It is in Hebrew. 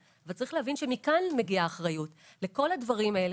אבל צריך להבין שמכאן מגיעה האחריות לכל הדברים האלה.